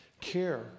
Care